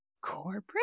corporate